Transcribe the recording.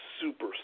super